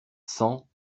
cent